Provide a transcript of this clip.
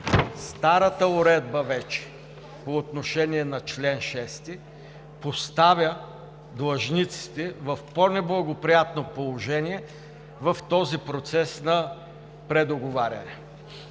старата уредба, вече по отношение на чл. 6, поставя длъжниците в по-неблагоприятно положение в този процес на предоговаряне.